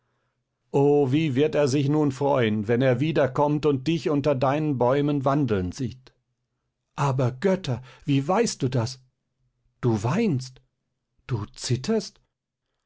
o wie wird er sich nun freuen wenn er nun wieder kommt und dich unter deinen bäumen wandeln sieht aber götter wie weißt du das du weinst du zitterst